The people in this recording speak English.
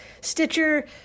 Stitcher